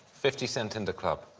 fifty cent in da club.